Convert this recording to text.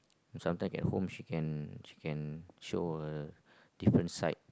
sometimes at home she can she can show a different side